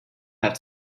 have